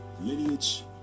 lineage